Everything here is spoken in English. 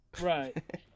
Right